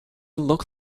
look